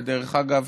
ודרך אגב,